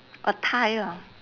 a tie lah